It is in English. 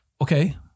Okay